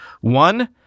One